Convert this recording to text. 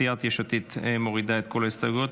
סיעת יש עתיד מורידה את כל ההסתייגויות,